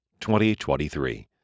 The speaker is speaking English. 2023